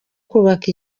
kubaka